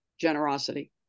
generosity